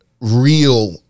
real